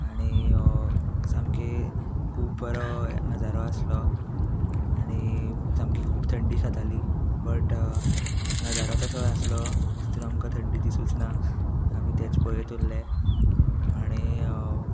आनी सामके खूब बरो नजारो आसलो आनी सामकी खूब थंडी खाताली बट नजारो तसो आसलो स्टिल आमकां थंडी ती सुचना आमी तेंच पळेत उरले आनी